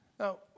Now